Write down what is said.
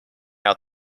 out